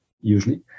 usually